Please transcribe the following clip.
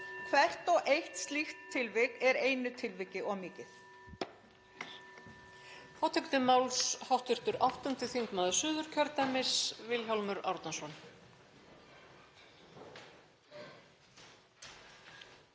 Hvert og eitt slíkt tilvik er einu tilviki of mikið.